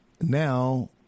now